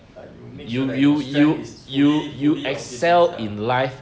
ya you make sure that strength is fully fully optimist ah